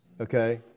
Okay